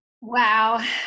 Wow